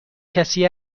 کسی